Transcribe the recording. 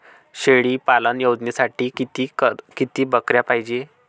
शेळी पालन योजनेसाठी किती बकऱ्या पायजे?